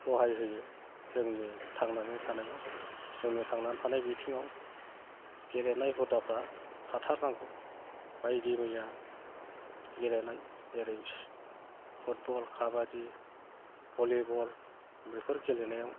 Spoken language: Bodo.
सहाय होयो जोंनि थांनानै थानायाव जोंनि थांनानै थानाय बिथिङाव गेलेनाय हुदाफ्रा थाथारनांगौ बायदि मैया गेलेनाय जेरै फुटबल काबाडि भलीबल बेफोर गेलेनायाव